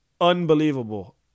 unbelievable